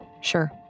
Sure